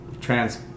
trans